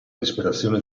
disperazione